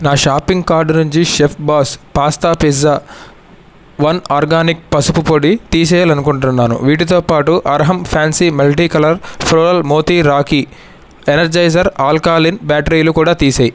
నా shopping cart నుంచి చెఫ్బాస్ పాస్తా పిజ్జా వన్ ఆర్గానిక్ పసుపు పొడి తీసేయలని అనుకుంటున్నాను వీటితోబాటు Arham fancy multi colour floral moti rakhi Energizer alkaline బ్యాటరీలు కూడా తీసెయ్